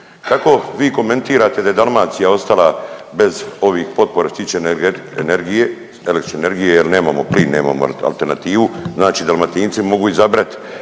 Kako vi komentirate da je Dalmacija ostala bez ovih potpora što se tiče električne energije jer nemamo plin, nemam alternativu? Znači Dalmatinci mogu izabrat